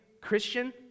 Christian